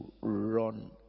run